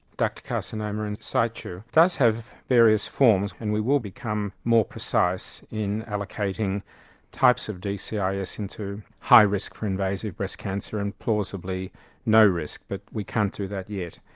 ductal carcinoma in situ does have various forms and we will become more precise in allocating types of dcis into high risk for invasive breast cancer and plausibly no risk. but we can't do that yet.